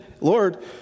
Lord